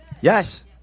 Yes